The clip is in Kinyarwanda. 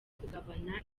kugabana